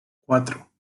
cuatro